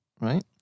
Right